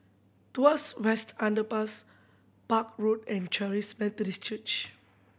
Tuas West Underpass Park Road and Charis Methodist Church